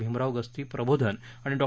भीमराव गस्ती प्रबोधन आणि डॉ